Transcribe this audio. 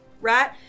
right